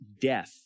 death